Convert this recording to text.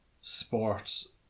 sports